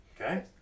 Okay